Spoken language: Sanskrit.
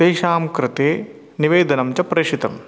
तेषां कृते निवेदनं च प्रेषितं